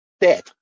dead